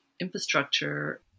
infrastructure